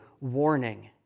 warning